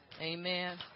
Amen